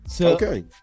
Okay